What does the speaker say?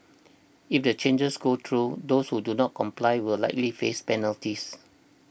if the changes go through those who do not comply will likely face penalties